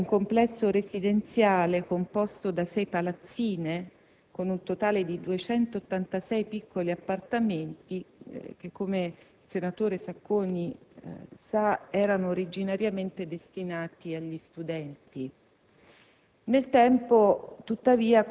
La storia di via Anelli, infatti, è quella di un complesso residenziale composto da sei palazzine, per un totale di 286 piccoli appartamenti, che - come il senatore Sacconi sa - erano originariamente destinati agli studenti.